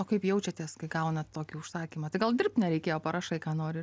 o kaip jaučiatės kai gaunat tokį užsakymą tai gal dirbt nereikėjo parašai ką nori